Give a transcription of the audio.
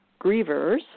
grievers